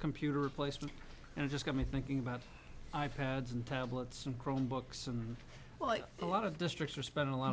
computer replacement and it just got me thinking about i pads and tablets and chrome books and a lot of districts are spending a lot